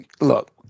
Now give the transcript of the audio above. look